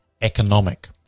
economic